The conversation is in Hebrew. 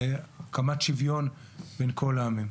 הסכסוך ולהקמת שוויון בין כל העמים.